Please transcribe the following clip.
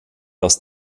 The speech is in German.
aus